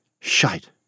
Shite